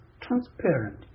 Transparent